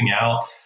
out